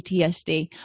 PTSD